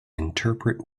interpret